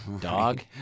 dog